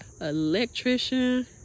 electrician